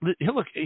look